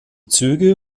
züge